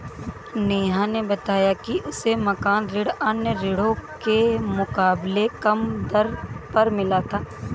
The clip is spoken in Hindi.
नेहा ने बताया कि उसे मकान ऋण अन्य ऋणों के मुकाबले कम दर पर मिला था